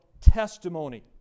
testimony